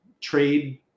trade